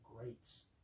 greats